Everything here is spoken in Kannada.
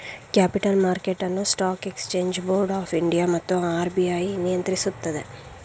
ಕ್ಯಾಪಿಟಲ್ ಮಾರ್ಕೆಟ್ ಅನ್ನು stock exchange board of India ಮತ್ತು ಆರ್.ಬಿ.ಐ ನಿಯಂತ್ರಿಸುತ್ತದೆ